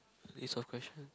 is your question